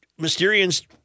Mysterians